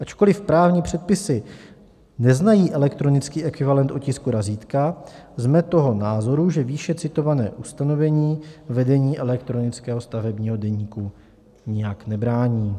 Ačkoliv právní předpisy neznají elektronický ekvivalent otisku razítka, jsme toho názoru, že výše citované ustanovení vedení elektronického stavebního deníku nijak nebrání.